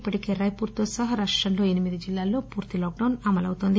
ఇప్పటికే రాయ్పూర్ తో సహా రాష్టంలో ఎనిమిది జిల్లాల్లో పూర్తి లాక్డౌన్ విధించారు